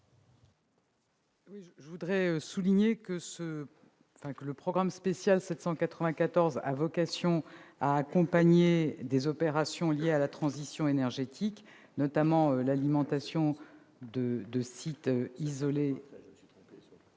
l'avis du Gouvernement ? Le programme spécial 794 a vocation à accompagner des opérations liées à la transition énergétique, notamment l'alimentation de sites isolés